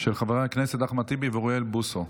של חברי הכנסת אחמד טיבי ואוריאל בוסו.